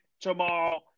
tomorrow